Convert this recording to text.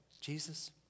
Jesus